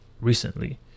recently